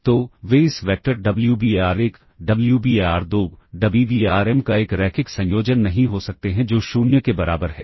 तो वे इस वैक्टर Wbar1 Wbar2 Wbarm का एक रैखिक संयोजन नहीं हो सकते हैं जो 0 के बराबर है